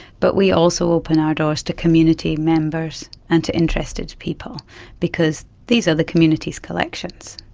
but we also open our doors to community members and to interested people because these are the community's collections,